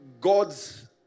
God's